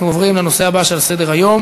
אנחנו עוברים לנושא הבא שעל סדר-היום: